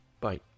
bye